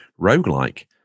roguelike